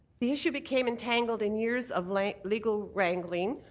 the issue became entangled in years of like legal wrangling.